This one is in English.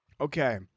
Okay